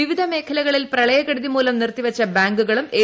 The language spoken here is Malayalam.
വിവിധ മേഖ്ല്കളിൽ പ്രളയക്കെടുതിമൂലം നിർത്തിവച്ചു ബാങ്കുകളും എ